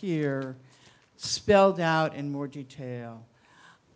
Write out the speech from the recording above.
here spelled out in more detail